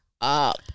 up